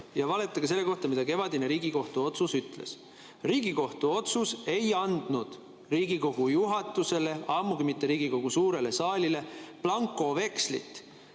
ja valetage selle kohta, mida kevadine Riigikohtu otsus ütles. Riigikohtu otsus ei andnud Riigikogu juhatusele, ammugi mitte Riigikogu suurele saalile blankovekslit